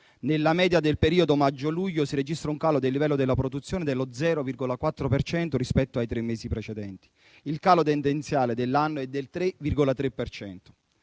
Nella media del periodo maggio-luglio si registra un calo del livello della produzione dello 0,4 per cento rispetto ai tre mesi precedenti. Il calo tendenziale dell'anno è del 3,3